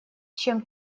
чем